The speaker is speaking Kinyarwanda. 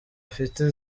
afite